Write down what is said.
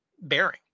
bearing